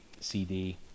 CD